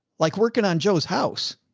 like working on joe's house.